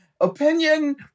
opinion